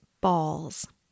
balls